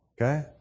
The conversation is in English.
Okay